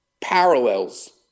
parallels